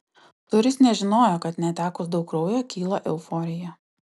turis nežinojo kad netekus daug kraujo kyla euforija